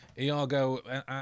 Iago